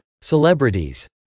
celebrities